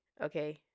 okay